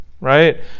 right